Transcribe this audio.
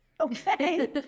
Okay